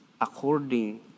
according